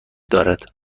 دارد